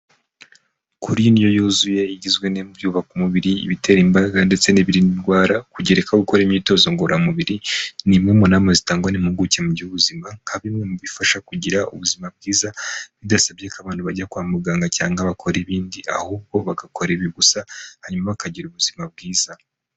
Kurya indyo yuzuye igizwe n'ibyubaka umubiri, ibitera imbaraga ndetse n'ibiridwara, kugerekaho gukora imyitozo ngororamubiri, ni imwe muna zitangwa n'impimpuguke mu by'ubuzima, nka bimwe mu bifasha kugira ubuzima bwiza, bidasabye ko abantu bajya kwa muganga cyangwa bakora ibindi, ahubwo bagakora ibi gusa, hanyuma bakagira ubuzima bwiza.